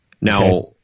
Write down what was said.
Now